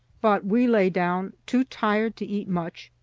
but we lay down, too tired to eat much,